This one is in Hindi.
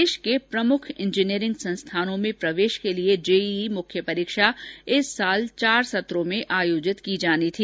देश के प्रमुख इंजीनियरिंग संस्थानों में प्रवेश के लिए जेईई मुख्य परीक्षा इस वर्ष चार सत्रों में आयोजित की जानी थी